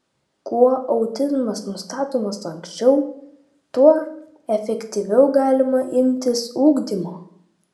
kuo autizmas nustatomas anksčiau tuo efektyviau galima imtis ugdymo